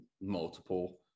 multiple